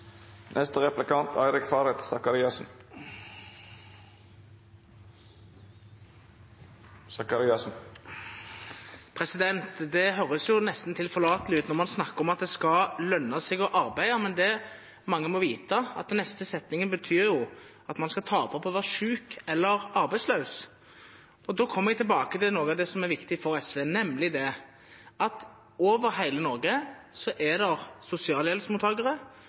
Det høres nesten tilforlatelig ut når man snakker om at det skal lønne seg å arbeide, men det mange må vite, er at den neste setningen betyr at man skal tape på å være syk eller arbeidsløs. Da kommer vi tilbake til noe av det som er viktig for SV, nemlig at sosialhjelpsmottakere over hele Norge mister barnetrygden. Høyre er,